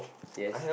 yes